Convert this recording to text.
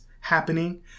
happening